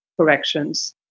corrections